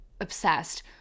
obsessed